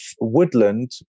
woodland